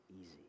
easy